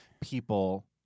people